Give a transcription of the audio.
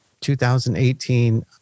2018